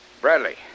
Bradley